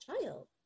child